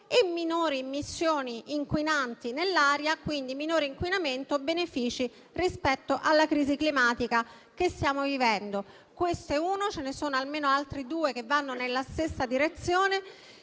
e minori immissioni inquinanti nell'aria e, quindi, minore inquinamento. Sarebbero benefici rispetto alla crisi climatica che stiamo vivendo. Questo emendamento è il primo, ma ce ne sono almeno altri due che vanno nella stessa direzione.